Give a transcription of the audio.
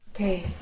Okay